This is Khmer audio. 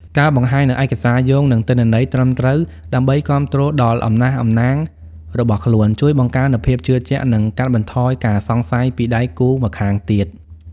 ការបង្ហាញនូវឯកសារយោង និងទិន្នន័យត្រឹមត្រូវដើម្បីគាំទ្រដល់អំណះអំណាងរបស់ខ្លួន ជួយបង្កើននូវភាពជឿជាក់ និងកាត់បន្ថយការសង្ស័យពីដៃគូម្ខាងទៀត។